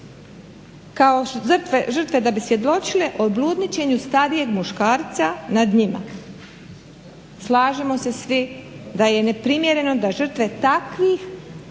kao žrtve da bi svjedočile o bludničenju starijeg muškarca nad njima. Slažemo se svi da je neprimjereno da žrtve takvih